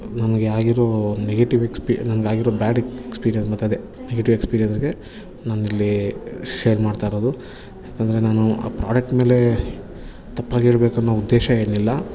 ನನಗೆ ಆಗಿರೋ ನೆಗೆಟಿವ್ ಎಕ್ಸ್ಪೀ ನನಗಾಗಿರೋ ಬ್ಯಾಡ್ ಎಕ್ಸ್ಪೀರಿಯನ್ಸ್ ಮತ್ತದೇ ನೆಗೆಟಿವ್ ಎಕ್ಸ್ಪೀರಿಯನ್ಸ್ಗೆ ನಾನು ಇಲ್ಲಿ ಶೇರ್ ಮಾಡ್ತಾಯಿರೋದು ಯಾಕಂದರೆ ನಾನು ಆ ಪ್ರಾಡಕ್ಟ್ ಮೇಲೆ ತಪ್ಪಾಗಿ ಹೇಳ್ಬೇಕನ್ನೋ ಉದ್ದೇಶ ಏನಿಲ್ಲ